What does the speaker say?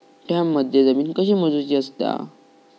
गुंठयामध्ये जमीन कशी मोजूची असता?